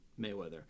Mayweather